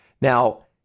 Now